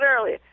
earlier